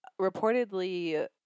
reportedly